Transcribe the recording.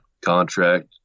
contract